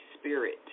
spirit